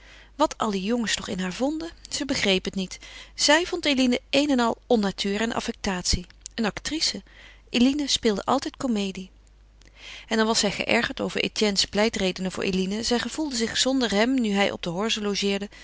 wat al die jongens toch in haar vonden ze begreep het niet zij vond eline een en al onnatuur en affectatie een actrice eline speelde altijd comedie en al was zij geërgerd over etienne's pleitredenen voor eline zij gevoelde zich zonder hem nu hij op de horze logeerde